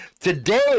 Today